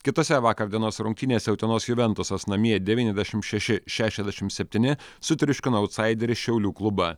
kitose vakar dienos rungtynėse utenos juventusas namie devyniasdešim šeši šešiasdešim septyni sutriuškino autsaiderį šiaulių klubą